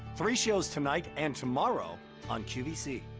three shows tonight and tomorrow on qvc.